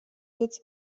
sitz